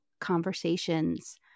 conversations